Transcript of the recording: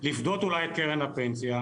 לפדות אולי את קרן הפנסיה,